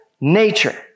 nature